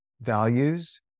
values